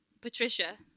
Patricia